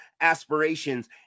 aspirations